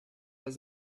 was